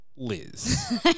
Liz